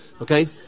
okay